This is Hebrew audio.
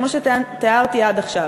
כמו שתיארתי עד עכשיו.